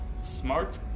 smart